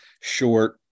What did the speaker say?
short